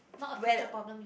not a future problem you mean